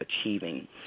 achieving